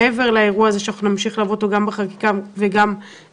מעבר לאירוע הזה שנמשיך ללוות בחקיקה ובוועדה.